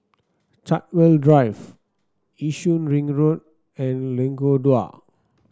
Chartwell Drive Yishun Ring Road and Lengkok Dua